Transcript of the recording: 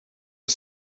een